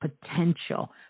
potential